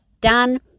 done